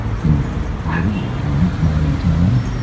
can you really return me to my own time?